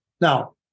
Now